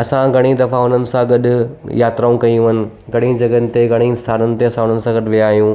असां घणी दफ़ा हुननि सां गॾु यात्राऊं कयूं आहिनि घणई जॻहियुनि ते घणई स्थाननि ते असां हुननि सां गॾु वया आहियूं